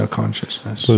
consciousness